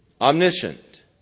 Omniscient